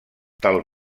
tal